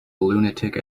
lunatic